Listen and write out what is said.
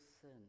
sin